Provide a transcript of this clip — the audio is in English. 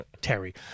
Terry